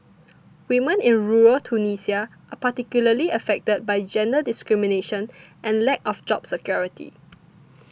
women in rural Tunisia are particularly affected by gender discrimination and lack of job security